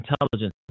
intelligence